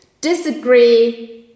disagree